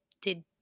Did